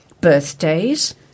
birthdays